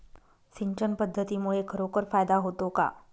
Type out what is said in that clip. सिंचन पद्धतीमुळे खरोखर फायदा होतो का?